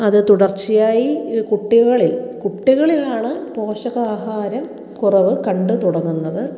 അത് തുടർച്ചയായി ഈ കുട്ടികളിൽ കുട്ടികളിലാണ് പോഷക ആഹാരം കുറവ് കണ്ടു തുടങ്ങുന്നത്